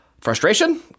frustration